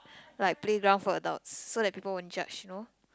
like playground for adults so that people won't judge you know